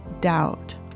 doubt